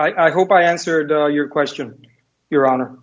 i hope i answered your question your honor